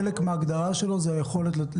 וחלק מההגדרה שלו זה התקשורת,